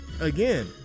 again